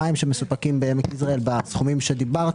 המים שמסופקים בעמק יזרעאל בסכומים שנקבת בהם,